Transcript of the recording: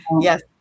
Yes